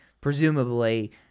presumably